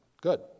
Good